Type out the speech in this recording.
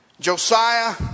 Josiah